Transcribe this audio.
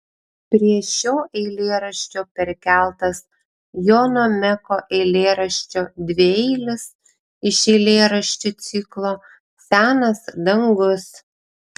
prie šio eilėraščio perkeltas jono meko eilėraščio dvieilis iš eilėraščių ciklo senas dangus